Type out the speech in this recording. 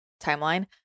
timeline